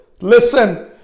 listen